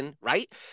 right